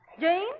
Jane